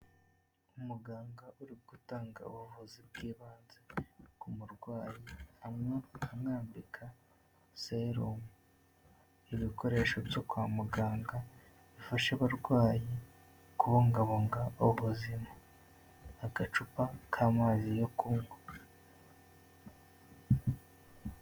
Umuganga uri gutanga ubuvuzi bw'ibanze ku murwayi, arimo amwambika serumu, ibikoresho byo kwa muganga bifasha abarwayi kubungabunga ubuzima, agacupa k'amazi yo kunywa.